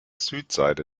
südseite